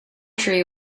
tree